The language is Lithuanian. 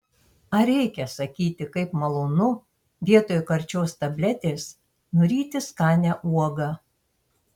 ar reikia sakyti kaip malonu vietoj karčios tabletės nuryti skanią uogą